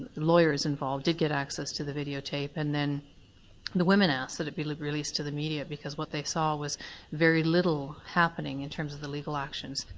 and lawyers involved did get access to the videotape and then the women asked that it be like released to the media because what they saw was very little happening in terms of the legal actions.